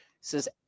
says